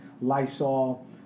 Lysol